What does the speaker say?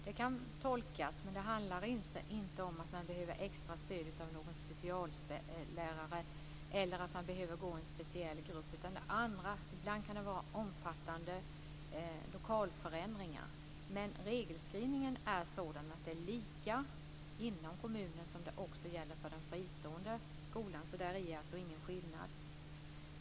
Det kan tolkas, men det handlar inte om extra stöd av någon speciallärare eller om behov av att gå i en speciell grupp, utan det är fråga om andra skäl, ibland omfattande lokalförändringar. Regelskrivningen är lika för kommunen som för den fristående skolan. Därvidlag är det alltså inte någon skillnad.